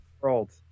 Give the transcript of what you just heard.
World